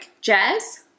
Jazz